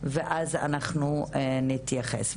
ואז אנחנו נתייחס.